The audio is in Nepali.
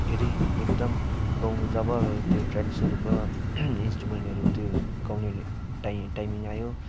फेरि एकदम गाउनु जब त्यो ट्र्याक सुरु भयो इन्स्ट्रुमेन्टहरू त्यो गाउने टा टाइमिङ आयो